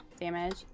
damage